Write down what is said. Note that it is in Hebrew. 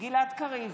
גלעד קריב,